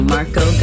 Marco